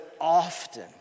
often